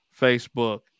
Facebook